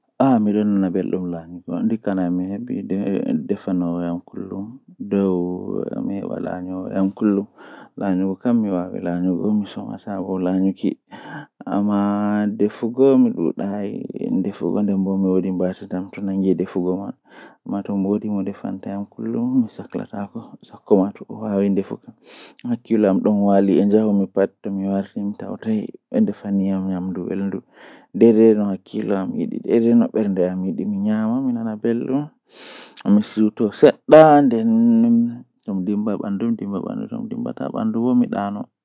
Ndikkinami mi laata midon nder jaangol malla pewol haadow guldum ngam guldum to wadi guldum masin dum masibo, Hadama daanugo hadama juulugo hadama ko ayidi wadugo fuu amma jango mo jango wadori fuu to aborni kare jangol asuddoto awawan awada nden ayaha haa ayidi fu.